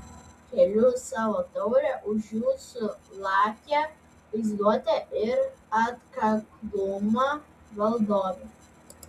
keliu savo taurę už jūsų lakią vaizduotę ir atkaklumą valdove